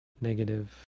negative